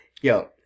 yo